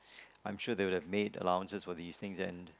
I'm sure they would have made allowance for these things and